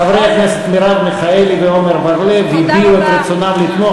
חברי הכנסת מרב מיכאלי ועמר בר-לב הביעו את רצונם לתמוך,